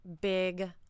big